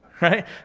right